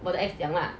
我的 ex 讲 lah